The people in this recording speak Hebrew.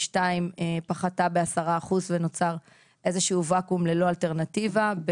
פחתה ב-10% ונוצר איזשהו ואקום ללא אלטרנטיבה.